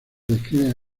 describen